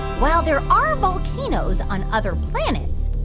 while there are volcanoes on other planets,